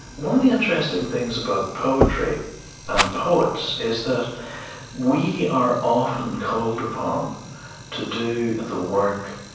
one of the interesting things about poetry and poets is that we are often called upon to do the work,